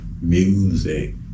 music